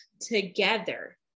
together